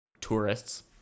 tourists